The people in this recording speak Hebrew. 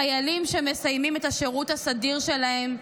חיילים שמסיימים את השירות הסדיר שלהם,